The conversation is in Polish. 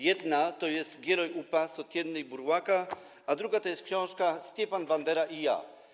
Jedna to jest „Gieroj UPA - sotenny 'Burłaka'”, a druga to jest książka „Stepan Bandera i ja”